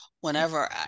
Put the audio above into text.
Whenever